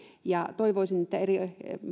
toivoisin että eri